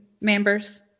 members